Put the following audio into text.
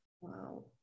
Wow